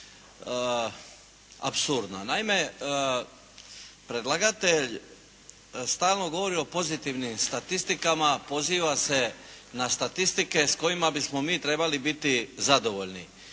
apsurdna. Naime, predlagatelj stalno govori o pozitivnim statistikama, poziva se na statistike s kojima bismo mi trebali biti zadovoljni.